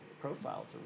profiles